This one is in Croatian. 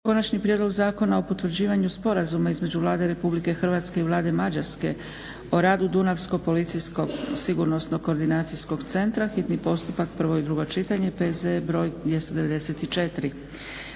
za donesen Zakon o potvrđivanju Sporazuma između Vlade Republike Hrvatske i Vlade Mađarske o radu Dunavskog policijskog sigurnosnog koordinacijskog centra u tekstu kako ga je predložila